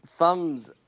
Thumbs